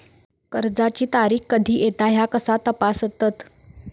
कर्जाची तारीख कधी येता ह्या कसा तपासतत?